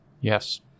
Yes